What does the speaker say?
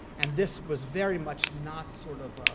and this was very much not sort of